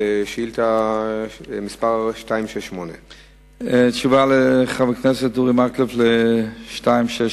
לשאילתא מס' 268. חבר הכנסת אורי מקלב שאל את שר